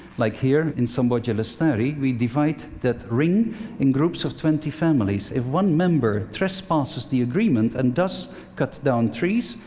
like here, in samboja lestari, we divide that ring in groups of twenty families. if one member trespasses the agreement, and does cut down trees,